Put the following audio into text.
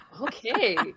okay